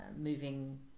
moving